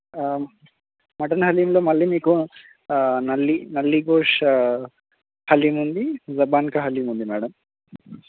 mutton హలీమ్లో మళ్ళీ మీకు నల్లి నల్లి గోష్ హలీముంది జాబాన్కా హలీముంది మేడం